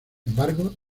embargo